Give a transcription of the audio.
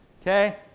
Okay